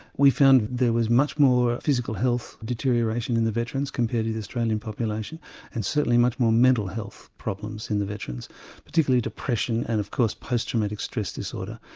we found there was much more physical health deterioration in the veterans compared to the australian population and certainly much more mental health problems in the veterans particularly depression and of course post traumatic stress disorder.